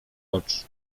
oczy